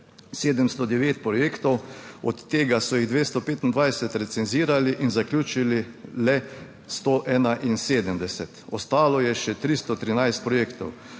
709 projektov, od tega so jih 225 recenzirali in zaključili le 171. Ostalo je še 313 3.